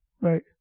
Right